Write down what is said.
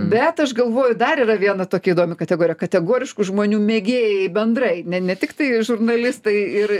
bet aš galvoju dar yra viena tokia įdomi kategorija kategoriškų žmonių mėgėjai bendrai ne ne tiktai žurnalistai ir